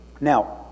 Now